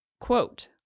quote